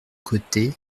côté